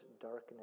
darkness